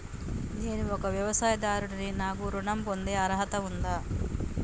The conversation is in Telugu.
నేను ఒక వ్యవసాయదారుడిని నాకు ఋణం పొందే అర్హత ఉందా?